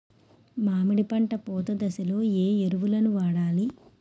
మామిడి పంట పూత దశలో ఏ ఎరువులను వాడాలి?